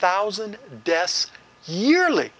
thousand deaths yearly